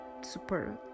super